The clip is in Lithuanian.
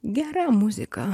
gera muzika